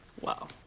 Wow